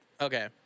okay